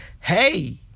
Hey